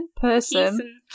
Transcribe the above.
person